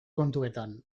kontuetan